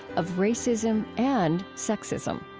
of racism and sexism